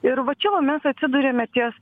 ir va čia va mes atsiduriame ties